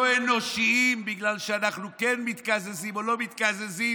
אנושיים בגלל שאנחנו כן מתקזזים או לא מתקזזים.